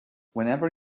whenever